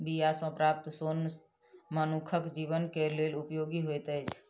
बीया सॅ प्राप्त सोन मनुखक जीवन के लेल उपयोगी होइत अछि